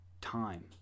time